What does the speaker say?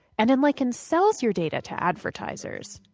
and enliken sells your data to advertisers.